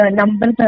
number